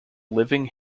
living